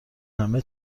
همه